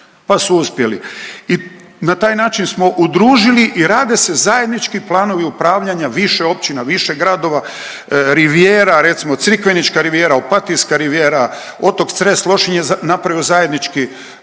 pa su uspjeli i na taj način smo udružili i rade se zajednički planovi upravljanja više općina, više gradova, rivijera, recimo crikvenička rivijera, opatijska rivijera, Otok Cres-Lošinj je napravio zajednički